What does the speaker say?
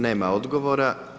Nema odgovora.